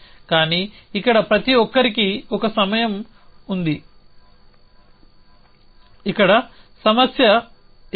కానీ ఇక్కడ ప్రతి ఒక్కరికీ ఒక సమస్య ఉంది ఇక్కడ సమస్య ఏమిటి